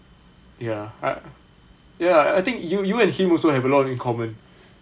ya I ya I think you you and him also have a lot in common